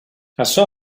açò